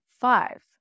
five